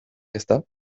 ezta